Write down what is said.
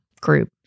group